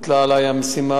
הוטלה עלי המשימה,